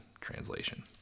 translation